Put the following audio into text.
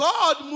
God